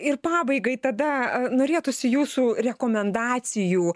ir pabaigai tada a norėtųsi jūsų rekomendacijų